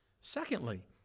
Secondly